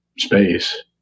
space